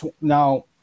now